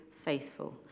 faithful